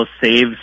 saves